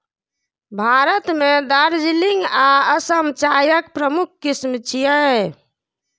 भारत मे दार्जिलिंग आ असम चायक प्रमुख किस्म छियै